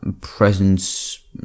presence